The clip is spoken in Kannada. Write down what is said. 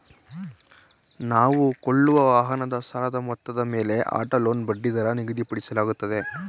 ನಾವು ಕೊಳ್ಳುವ ವಾಹನದ ಸಾಲದ ಮೊತ್ತದ ಮೇಲೆ ಆಟೋ ಲೋನ್ ಬಡ್ಡಿದರ ನಿಗದಿಪಡಿಸಲಾಗುತ್ತದೆ